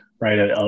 right